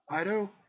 Ido